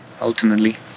ultimately